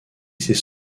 ses